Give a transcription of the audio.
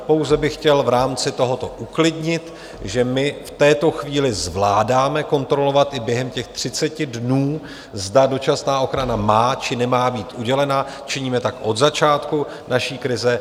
Pouze bych chtěl v rámci tohoto uklidnit, že my v této chvíli zvládáme kontrolovat i během těch 30 dnů, zda dočasná ochrana má, či nemá být udělena, činíme tak od začátku naší krize.